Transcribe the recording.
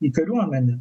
į kariuomenę